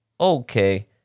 okay